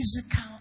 physical